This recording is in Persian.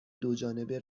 دوجانبه